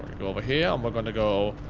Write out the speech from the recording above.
go over here and we're gonna go.